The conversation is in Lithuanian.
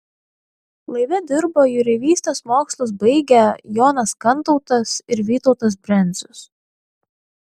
laive dirbo jūreivystės mokslus baigę jonas kantautas ir vytautas brencius